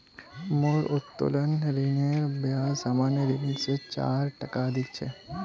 मोर उत्तोलन ऋनेर ब्याज सामान्य ऋण स चार टका अधिक छ